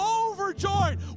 overjoyed